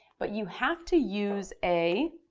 but you have to use a